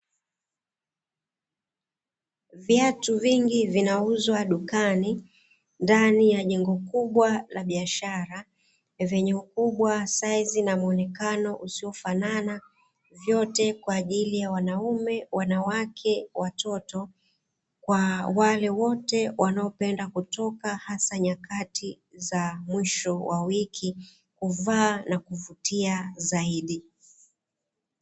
Viatu vingi vinauzwa dukani ndani ya jengo kubwa la biashara vyenye ukubwa saizi na muonekano usiofanana vyoye kwaajili ya wanaume, wanawake, watoto kwa wale wote wanaopenda kutoka hasa nyakati za mwisho wa wiki kuvaa na kuvutia zaidi.